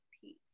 peace